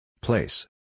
Place